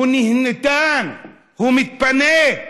הוא נהנתן, הוא מתפנק.